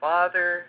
Father